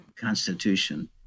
constitution